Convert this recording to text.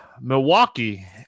Milwaukee